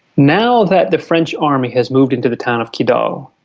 now that the french army has moved into the town of kidal,